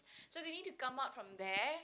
so they need to come out from there